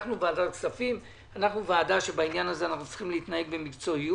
אנחנו ועדת כספים ובעניין הזה אנחנו צריכים להתנהג במקצועיות.